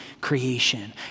creation